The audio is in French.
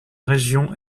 région